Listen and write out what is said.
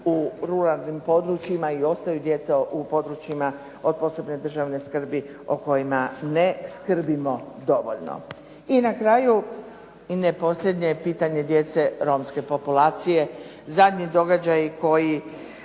na ruralnim područjima i ostaju djeca u područjima od posebne državne skrbi o kojima ne skrbimo dovoljno. I na kraju, i ne posljednje, je pitanje djece romske populacije, zadnji događaji koji